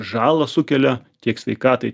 žalą sukelia tiek sveikatai